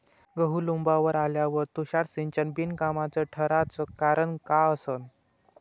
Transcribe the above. गहू लोम्बावर आल्यावर तुषार सिंचन बिनकामाचं ठराचं कारन का असन?